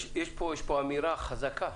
יש כאן אמירה חזקה.